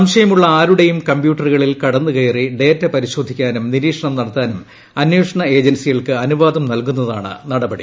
സംശയമുള്ള ആരുടേയും കമ്പ്യൂട്ടറുകളിൽ കടന്നു കയറി ഡേറ്റ പരിശോധിക്കാനും നിരീക്ഷണം നടത്താനും അന്വേഷണ ഏജൻസികൾക്ക് അനുവാദം നൽകുന്നതാണ് നടപടി